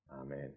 Amen